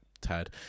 tad